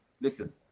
Listen